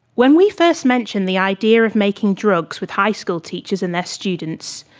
when we first mentioned the idea of making drugs with high school teachers and their students,